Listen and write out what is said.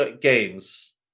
games